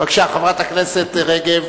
בבקשה, חברת הכנסת רגב.